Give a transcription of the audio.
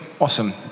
Awesome